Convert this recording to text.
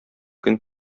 көн